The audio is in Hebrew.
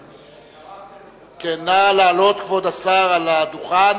נא לעלות, כבוד השר, על הדוכן,